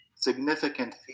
significant